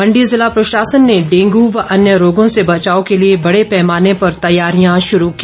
मंडी जिला प्रशासन ने डेंगू व अन्य रोगों से बचाव के लिए बड़े पैमाने पर तैयारियां शुरू की